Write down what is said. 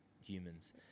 humans